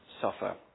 suffer